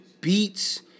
beats